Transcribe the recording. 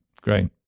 Great